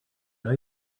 know